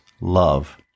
love